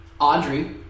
Audrey